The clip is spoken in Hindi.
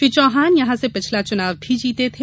श्री चौहान यहां से पिछला चुनाव भी जीते थे